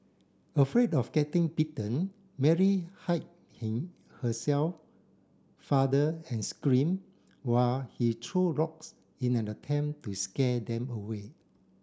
afraid of getting bitten Mary hide him herself father and screamed while he threw rocks in an attempt to scare them away